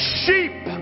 sheep